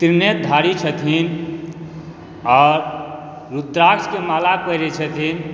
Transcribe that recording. त्रिनेत्रधारी छथिन आओर रुद्राक्षके माला पहिरै छथिन